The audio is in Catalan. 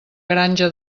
granja